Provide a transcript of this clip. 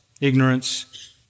ignorance